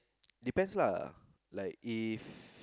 depends lah like if